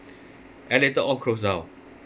and later all close down